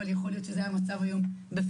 אבל יכול להיות שזה המצב היום בפועל.